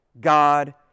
God